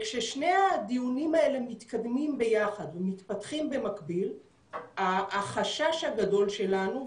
כששני הדיונים האלה מתקדמים ביחד ומתפתחים במקביל החשש הגדול שלנו,